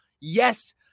yes